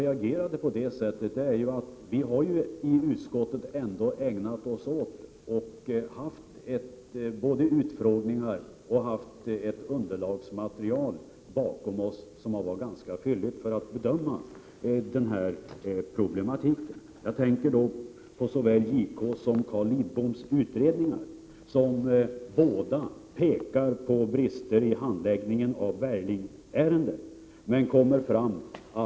Vi har i utskottet både anordnat utfrågningar och skaffat oss ett fylligt underlagsmaterial för att kunna bedöma denna problematik. Jag tänker på såväl JK:s som Carl Lidboms utredning, som båda pekar på brister i handläggningen av Berglingärendet, men som kommer fram till att det inte Prot.